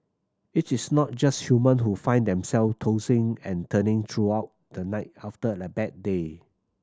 it is not just human who find them self tossing and turning throughout the night after a bad day